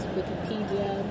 Wikipedia